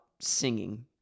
singing—